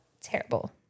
terrible